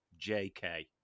JK